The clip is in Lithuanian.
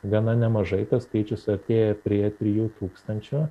gana nemažai tas skaičius artėja prie trijų tūkstančių